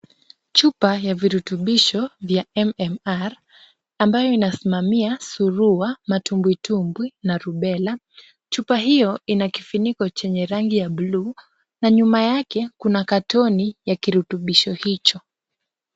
Chupa ya virutubisho vya MMR ambayo inasimamia suruha matumbwitumbwi na rubela ,chupa hiyo ina kifuniko chenye rangi ya bluu, na nyuma yake kuna katoni ya kirutubisho hicho .